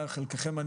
לסכם את